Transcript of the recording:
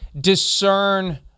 discern